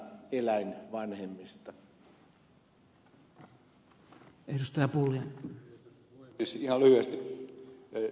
ihan lyhyesti ed